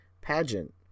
pageant